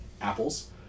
apples